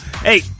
hey